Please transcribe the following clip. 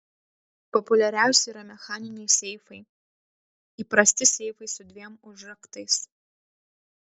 populiariausi yra mechaniniai seifai įprasti seifai su dviem užraktais